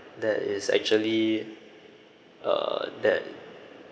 that is actually err that